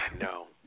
no